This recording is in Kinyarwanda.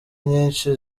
nyinshi